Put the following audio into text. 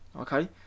okay